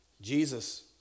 Jesus